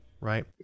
Right